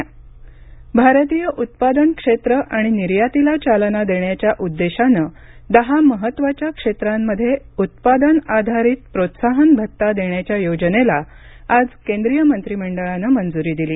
मंत्रीमंडळ भारतीय उत्पादन क्षेत्र आणि निर्यातीला चालना देण्याच्या उद्देशानं दहा महत्त्वाच्या क्षेत्रांमध्ये उत्पादन आधारित प्रोत्साहन भत्ता देण्याच्या योजनेला आज केंद्रीय मंत्रीमंडळानं मंजुरी दिली